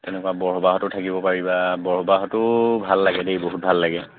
তেনেকুৱা বৰ সবাহতো থাকিব পাৰিবা বৰ সবাহতো ভাল লাগে দেই বহুত ভাল লাগে